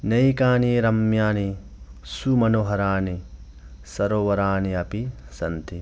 अनेकानि रम्याणि सुमनोहराणि सरोवराणि अपि सन्ति